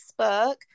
Facebook